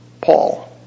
Paul